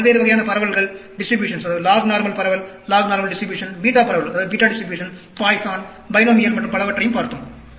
நாம் பல்வேறு வகையான பரவல்கள் லாக் நார்மல் பரவல் பீட்டா பரவல் பாய்சான் பைனோமியல் மற்றும் பலவற்றையும் பார்த்தோம்